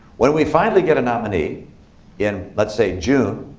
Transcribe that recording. when we finally get a nominee in, let's say june,